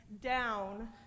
down